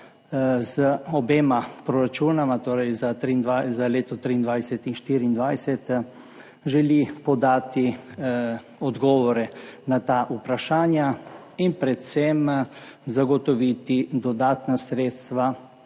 z obema proračunoma, torej za leti 2023 in 2024, želi podati odgovore na ta vprašanja in predvsem zagotoviti dodatna sredstva